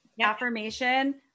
affirmation